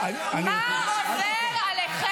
מה קורה?